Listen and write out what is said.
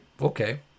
Okay